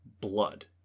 blood